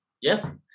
Yes